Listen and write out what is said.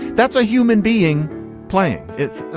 that's a human being playing it